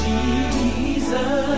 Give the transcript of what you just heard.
Jesus